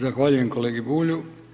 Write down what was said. Zahvaljujem kolegi Bulju.